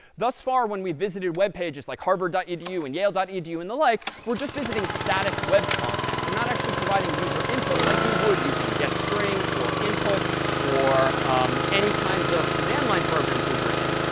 thus far, when we visited web pages like harvard dot edu and yale dot edu and the like, we're just visiting static web content. we're not actually providing user input like you would using get string or input or any kinds of command line programs we've written.